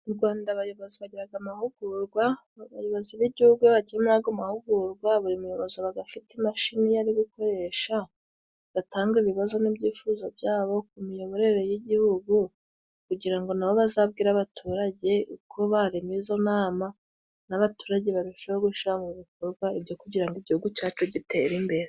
Mu Rwanda abayobozi bagiraga amahugurwa, abayobozi b'igihugu bagiye muri ago mahugurwa buri muyobozi abagafite imashini ye ari gukoresha, batanga ibibazo n'ibyifuzo byabo ku miyoborere y'igihugu kugira ngo nabo bazabwire abaturage uko barema izo nama n'abaturage barusheho gushira mu bikorwa ibyo kugira ngo igihugu cyacu gitere imbere.